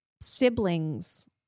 sibling's